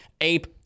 ape